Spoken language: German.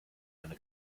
eine